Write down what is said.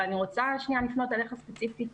אבל אני רוצה שנייה לפנות אליך ספציפית,